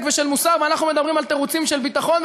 ושל מוסר ואנחנו מדברים על תירוצים של ביטחון.